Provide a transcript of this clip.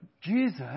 jesus